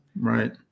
Right